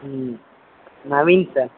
ம் நவீன் சார்